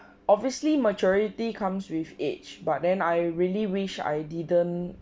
obviously maturity comes with age but then I really wish I didn't